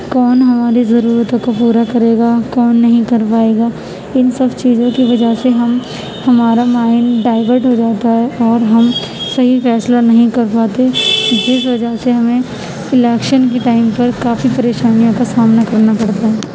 کون ہمارے ضرورتوں کو پورا کرے گا کون نہیں کروائے گا ان سب چیزوں کی وجہ سے ہم ہمارا مائنڈ ڈائورٹ ہو جاتا ہے اور ہم صحیح فیصلہ نہیں کر پاتے جس سے وجہ سے ہمیں الیکشن کے ٹائم پر کافی پریشانیوں کا سامنا کرنا پڑتا ہے